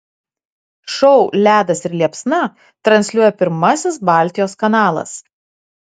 šou ledas ir liepsna transliuoja pirmasis baltijos kanalas